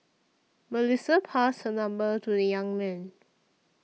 Melissa passed her number to the young man